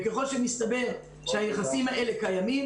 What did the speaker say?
וככל שמסתבר שהיחסים האלה קיימים,